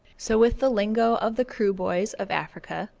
so with the lingo of the kroo-boys of africa,